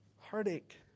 heartache